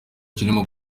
kirimo